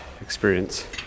experience